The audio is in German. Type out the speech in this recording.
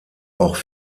auch